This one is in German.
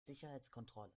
sicherheitskontrolle